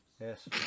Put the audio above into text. Yes